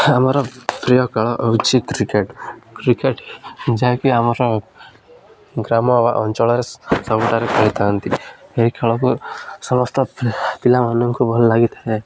ଆମର ପ୍ରିୟ ଖେଳ ହେଉଛି କ୍ରିକେଟ୍ କ୍ରିକେଟ୍ ଯାହାକି ଆମର ଗ୍ରାମ ଅଞ୍ଚଳରେ ସବୁଠାରେ ଖେଳିଥାନ୍ତି ଏହି ଖେଳକୁ ସମସ୍ତ ପିଲାମାନଙ୍କୁ ଭଲ ଲାଗିଥାଏ